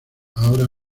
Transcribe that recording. ahora